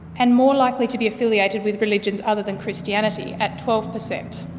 and more likely to be affiliated with religion other than christianity at twelve per cent.